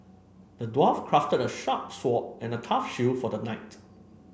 the dwarf crafted a sharp sword and a tough shield for the knight